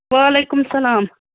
وعلیکُم سلام